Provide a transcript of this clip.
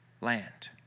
land